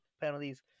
penalties